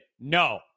No